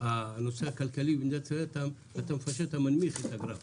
הנושא הכלכלי במדינת ישראלית, אתה מנמיך את הגרף.